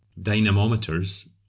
Dynamometers